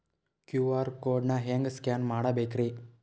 QR code ನಾ ಹೆಂಗ scan ಮಾಡಬೇಕ್ರಿ?